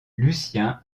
lucien